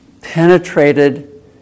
penetrated